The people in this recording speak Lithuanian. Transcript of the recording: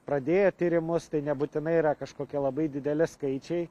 pradėjo tyrimus tai nebūtinai yra kažkokie labai dideli skaičiai